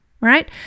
Right